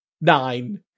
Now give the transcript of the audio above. nine